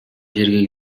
жерге